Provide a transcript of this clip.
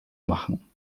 machen